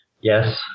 Yes